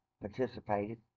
participated